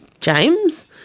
James